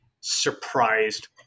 surprised